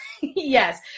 yes